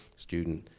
student,